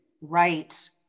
Right